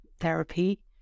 therapy